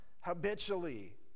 habitually